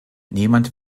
niemand